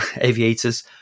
aviators